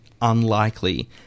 unlikely